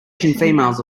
females